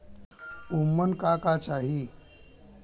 उमन का का चाही?